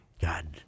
god